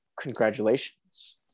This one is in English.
congratulations